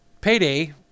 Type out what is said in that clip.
payday